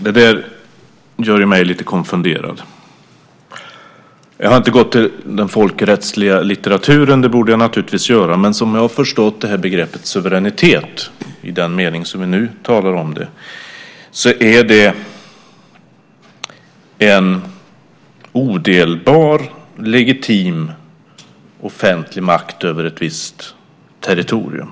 Det där gör mig lite konfunderad. Jag har inte gått till den folkrättsliga litteraturen. Det borde jag naturligtvis göra. Men som jag har förstått begreppet suveränitet i den mening som vi nu talar om det är det en odelbar, legitim, offentlig makt över ett visst territorium.